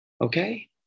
okay